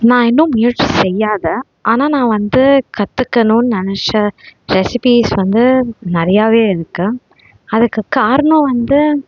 நான் இன்னும் முயற்சி செய்யாத ஆனால் நான் வந்து கற்றுக்கணும்னு நினச்ச ரெசிபிஸ் வந்து நிறையாவே இருக்குது அதுக்கு காரணம் வந்து